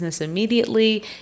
immediately